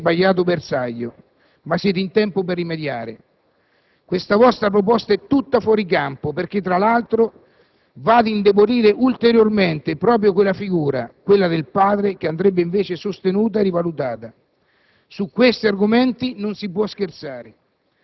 Credo, cari senatori della maggioranza, che avete sbagliato bersaglio, ma siete in tempo per rimediare. Questa vostra proposta è tutta fuori campo, perché tra l'altro va ad indebolire ulteriormente proprio quella figura - il padre - che andrebbe invece sostenuta e rivalutata.